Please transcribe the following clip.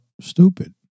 stupid